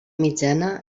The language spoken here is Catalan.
mitjana